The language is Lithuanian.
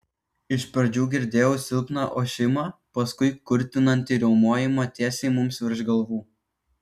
iš pradžių girdėjau silpną ošimą paskui kurtinantį riaumojimą tiesiai mums virš galvų